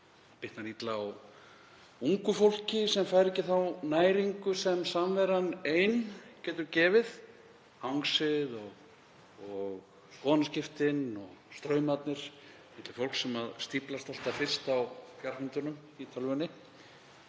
bitnar illa á ungu fólki sem fær ekki þá næringu sem samveran ein getur gefið, hangsið og skoðanaskiptin og straumarnir milli fólks sem stíflast alltaf fyrst á fjarfundunum í tölvunni.